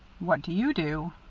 what do you do?